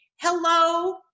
hello